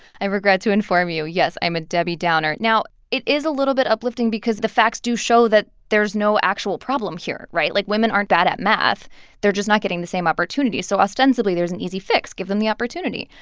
i regret to inform you, yes, i'm a debbie downer. now, it is a little bit uplifting because the facts do show that there is no actual problem here, right? like, women aren't bad at math they're just not getting the same opportunities. so ostensibly, there's an easy fix give them the opportunity.